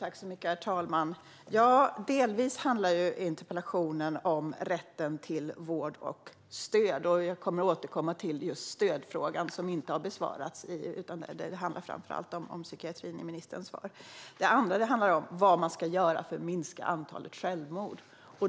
Herr talman! Delvis handlar interpellationen om rätten till vård och stöd. Jag kommer att återkomma till just stödfrågan, för den har inte besvarats. Det handlar framför allt om psykiatrin i ministerns svar. Det andra det handlar om är vad man ska göra för att minska antalet självmord.